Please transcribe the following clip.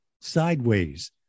sideways